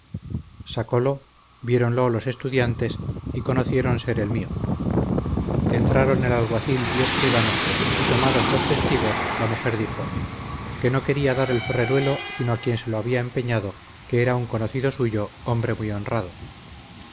el ferreruelo sacolo viéronlo los estudiantes y conocieron ser el mio entraron el alguacil y escribano y tomados los testigos la mujer dijo que no quería dar el ferruelo sino a quien se lo había empeñado que era un conocido suyo hombre muy honrado